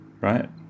right